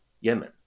Yemen